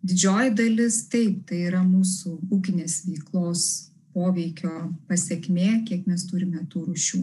didžioji dalis taip tai yra mūsų ūkinės veiklos poveikio pasekmė kiek mes turime tų rūšių